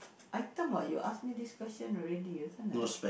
item what you ask me this question already isn't it